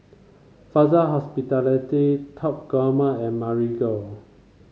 Fraser Hospitality Top Gourmet and Marigold